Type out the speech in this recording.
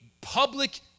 public